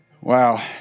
Wow